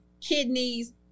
kidneys